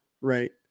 right